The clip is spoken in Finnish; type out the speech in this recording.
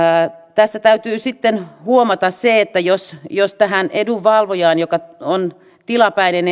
tässä täytyy sitten huomata se että jos jos tähän edunvalvojaan joka on tilapäinen